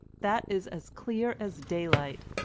that is as clear as daylight